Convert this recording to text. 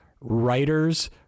writers